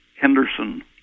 Henderson